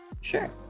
Sure